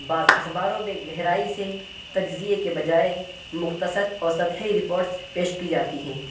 بعض اخباروں میں گہرائی سے تجزیے کے بجائے مختصر اور سطحی رپوٹس پیش کی جاتی ہیں